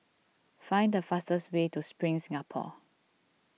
find the fastest way to Spring Singapore